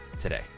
today